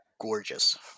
gorgeous